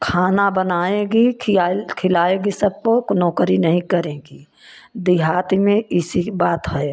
खाना बनाएगी खिलाएगी सबको नौकरी नही करेगी देहात में इसी की बात है